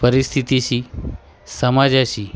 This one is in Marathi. परिस्थितीशी समाजाशी